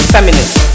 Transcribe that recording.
Feminist